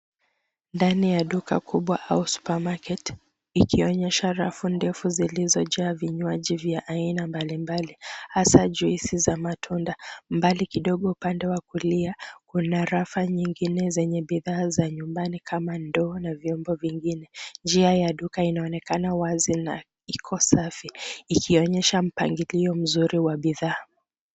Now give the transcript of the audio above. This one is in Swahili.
Ndani ya duka kubwa au Supermarket ikionyesha rafu ndefu zilizojaa vinywaji vya aina mbali mbali hasa juice za matunda mbali kidogo upande wa kulia kuna rafu nyingi zenye bidhaa za nyumbani kama ndoo na vyombo vingine. Njia ya duka inaonekana wazi na iko safi, ikionyesha mpangilio mzuri wa bidhaa.